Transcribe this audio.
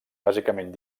bàsicament